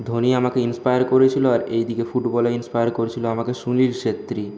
ধোনি আমাকে ইনস্পায়ার করেছিল আর এদিকে ফুটবলে ইনস্পায়ার করেছিল আমাকে সুনীল ছেত্রী